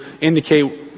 indicate